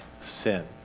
sin